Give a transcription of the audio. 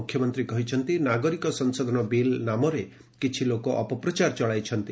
ମୁଖ୍ୟମନ୍ତ୍ରୀ କହିଛନ୍ତି ନାଗରିକ ସଂଶୋଧନ ବିଲ୍ ନାମରେ କିଛି ଲୋକ ଅପପ୍ରଚାର ଚଳାଇଛନ୍ତି